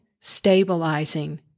stabilizing